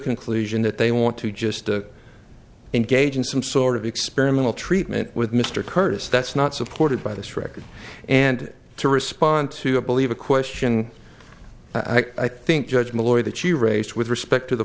conclusion that they want to just to engage in some sort of experimental treatment with mr curtis that's not supported by this record and to respond to a believe a question i think judge malloy that you raised with respect to the